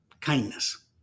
kindness